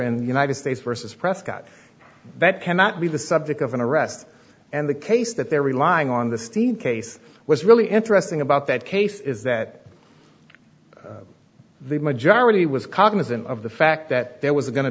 in the united states versus prescott that cannot be the subject of an arrest and the case that they're relying on the steve case was really interesting about that case is that the majority was cognizant of the fact that there was going to